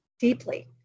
deeply